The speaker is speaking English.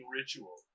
ritual